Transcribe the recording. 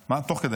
כן.